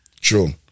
True